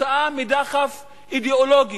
בגלל דחף אידיאולוגי,